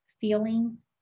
feelings